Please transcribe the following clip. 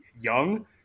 young